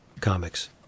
comics